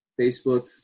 Facebook